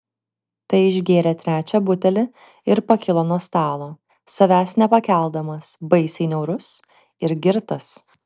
tai išgėrė trečią butelį ir pakilo nuo stalo savęs nepakeldamas baisiai niaurus ir girtas